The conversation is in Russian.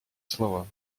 слова